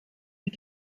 die